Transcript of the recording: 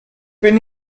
bin